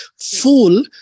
full